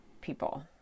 people